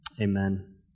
amen